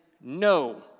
no